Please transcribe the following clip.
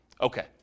Okay